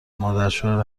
مادرشوهر